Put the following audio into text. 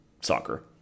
soccer